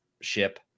ship